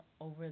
over